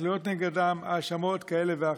ותלויות נגדם האשמות כאלו ואחרות.